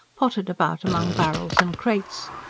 pottered about among barrels and crates.